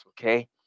Okay